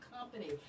company